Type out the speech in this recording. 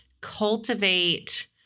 cultivate